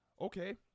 Okay